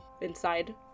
inside